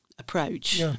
approach